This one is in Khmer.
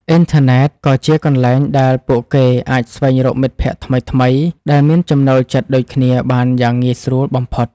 អ៊ីនធឺណិតក៏ជាកន្លែងដែលពួកគេអាចស្វែងរកមិត្តភក្តិថ្មីៗដែលមានចំណូលចិត្តដូចគ្នាបានយ៉ាងងាយស្រួលបំផុត។